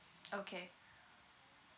okay